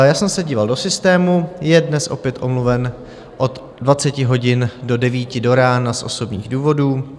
Já jsem se díval do systému, je dnes opět omluven od 20 hodin do 9 do rána z osobních důvodů.